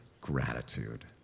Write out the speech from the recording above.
gratitude